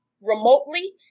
remotely